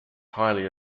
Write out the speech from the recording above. highly